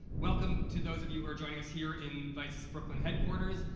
welcome to those of you who are joining us here in vice's brooklyn headquarters,